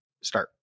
start